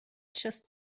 just